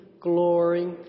glory